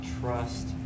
Trust